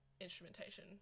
instrumentation